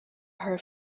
her